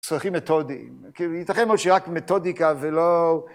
צרכים מתודים, כי ייתכן שרק מתודיקה זה לא...